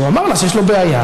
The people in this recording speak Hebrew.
שהוא אמר לה שיש לו בעיה.